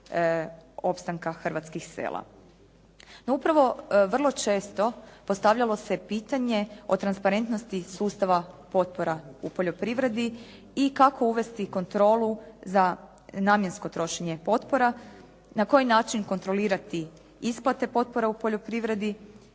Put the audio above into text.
opstanak hrvatskih sela. No upravo vrlo često postavljalo se pitanje o transparentnosti sustava potpora u poljoprivredi i kako uvesti kontrolu za namjensko trošenje potpora. Na koji način kontrolirati isplate potpora u poljoprivredi